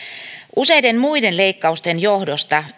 useiden muiden leikkausten johdosta